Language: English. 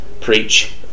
preach